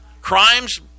crimes